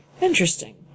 Interesting